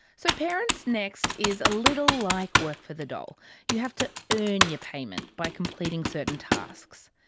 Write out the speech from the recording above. so, parents next is a little like work for the dole you have to earn your payment by completing certain tasks.